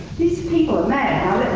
these people are mad!